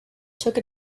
took